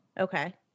Okay